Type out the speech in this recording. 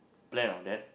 plan of that